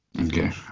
Okay